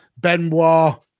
Benoit